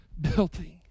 building